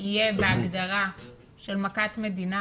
יהיה בהגדרה של מכת מדינה.